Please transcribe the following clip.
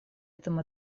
этом